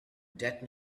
that